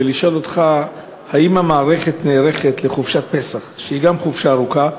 ולשאול אותך האם המערכת נערכת לחופשת פסח שהיא גם חופשה ארוכה.